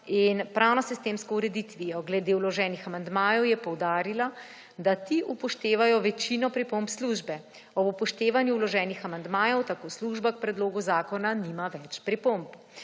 pravnosistemsko ureditvijo. Glede vloženih amandmajev je poudarila, da ti upoštevajo večino pripomb službe. Ob upoštevanju vloženih amandmajev tako služba k predlogu zakona nima več pripomb.